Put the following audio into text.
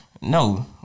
No